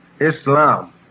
Islam